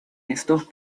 estos